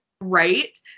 right